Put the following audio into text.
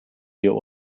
wir